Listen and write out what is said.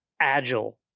agile